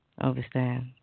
Understand